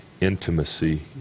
intimacy